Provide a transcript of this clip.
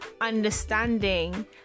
understanding